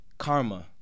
Karma